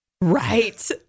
right